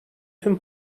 tüm